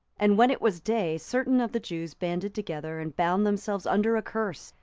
and when it was day, certain of the jews banded together, and bound themselves under a curse,